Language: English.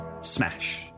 smash